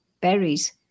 berries